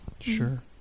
Sure